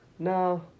No